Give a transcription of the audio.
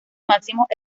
máximos